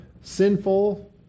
sinful